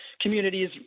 communities